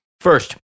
First